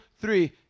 three